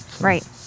Right